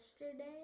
yesterday